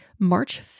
March